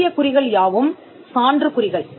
பழைய குறிகள் யாவும் சான்று குறிகள்